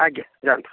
ଆଜ୍ଞା ଯାଆନ୍ତୁ